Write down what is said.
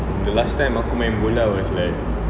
the last time aku main bola was like